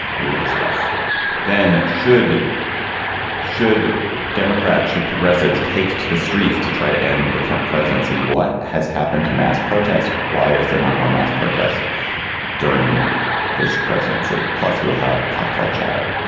we will discuss then should should democrats should progressives take to the streets to try to end the trump presidency what has happened to mass protest. why is there not more mass protest during this presidency. plus we'll have cocktail chatter